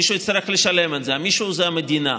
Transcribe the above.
מישהו יצטרך לשלם את זה, והמישהו זה המדינה.